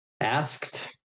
asked